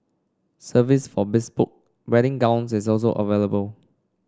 service for bespoke wedding gowns is also available